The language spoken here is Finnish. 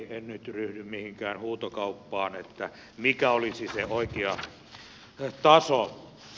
en nyt ryhdy mihinkään huutokauppaan että mikä olisi se oikea taso